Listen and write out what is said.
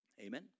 Amen